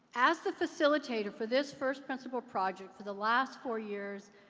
as the facilitator for this first principle project for the last four years,